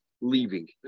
leaving